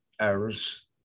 errors